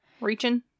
reaching